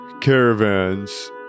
caravans